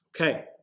Okay